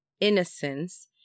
innocence